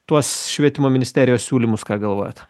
tuos švietimo ministerijos siūlymus ką galvojat